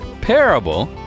Parable